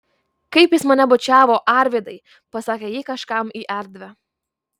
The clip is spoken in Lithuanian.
kaip jis mane bučiavo arvydai pasakė ji kažkam į erdvę